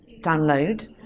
download